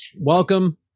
Welcome